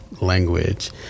language